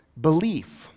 belief